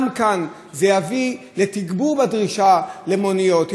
גם כאן, זה יביא לתגבור בדרישה למוניות.